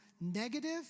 negative